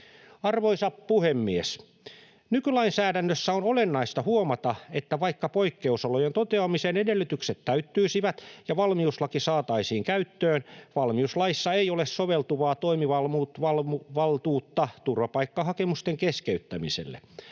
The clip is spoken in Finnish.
Arvoisa puhemies! Nykylainsäädännössä on olennaista huomata, että vaikka poikkeusolojen toteamisen edellytykset täyttyisivät ja valmiuslaki saataisiin käyttöön, valmiuslaissa ei ole soveltuvaa toimivaltuutta turvapaikkahakemusten keskeyttämiselle.